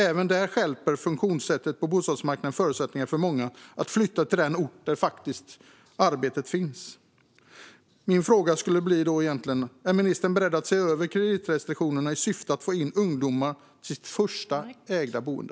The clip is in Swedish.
Även där stjälper funktionssättet på bostadsmarknaden förutsättningarna för många att flytta till den ort där arbetet finns. Min fråga är: Är ministern beredd att se över kreditrestriktionerna i syfte att få in ungdomar i deras första ägda boende?